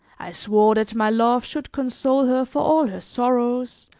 i swore that my love should console her for all her sorrows,